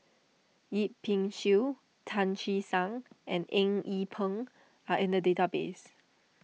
Yip Pin Xiu Tan Che Sang and Eng Yee Peng are in the database